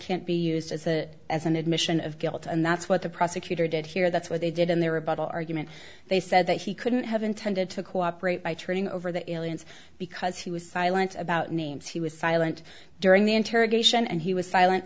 can't be used as a as an admission of guilt and that's what the prosecutor did here that's what they did in their rebuttal argument they said that he couldn't have intended to cooperate by turning over the aliens because he was silent about names he was silent during the interrogation and he was silent